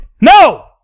No